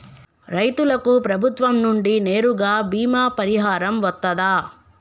రైతులకు ప్రభుత్వం నుండి నేరుగా బీమా పరిహారం వత్తదా?